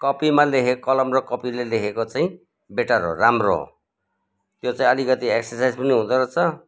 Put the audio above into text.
कपीमा लेखे कलम र कपीमा लेखेको चाहिँ बेटर हो राम्रो हो यो चाहिँ आलिकति एकसर्साइज पनि हुँदो रहेछ